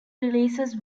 releases